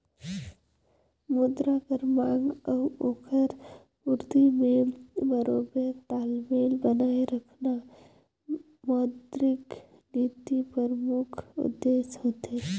मुद्रा कर मांग अउ ओकर पूरती में बरोबेर तालमेल बनाए रखना मौद्रिक नीति परमुख उद्देस होथे